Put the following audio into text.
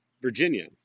Virginia